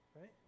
right